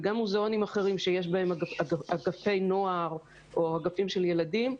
וגם מוזיאונים אחרים שיש בהם אגפי נוער או אגפים של ילדים,